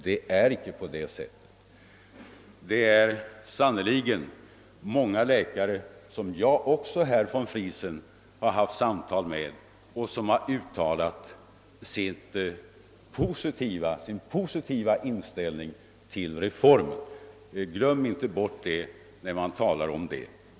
Jag har också samtalat med många läkare, som har uttalat sin positiva inställning till reformen.